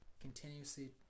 continuously